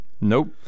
Nope